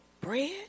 bread